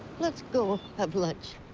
let's go have lunch.